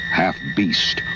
half-beast